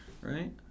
right